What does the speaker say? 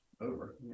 over